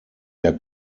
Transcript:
der